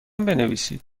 بنویسید